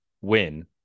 win